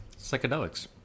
psychedelics